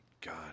God